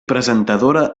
presentadora